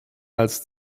als